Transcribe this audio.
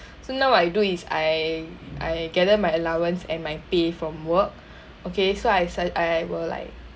so now I do is I I gather my allowance and my pay from work okay so I su~ I will like